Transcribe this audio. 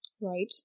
right